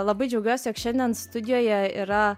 labai džiaugiuosi jog šiandien studijoje yra